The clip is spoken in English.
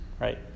right